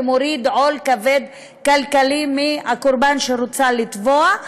ומוריד עול כלכלי כבד מהקורבן שרוצה לתבוע,